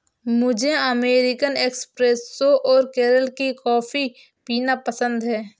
मुझे American espresso और केरल की कॉफी पीना पसंद है